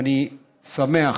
אני שמח.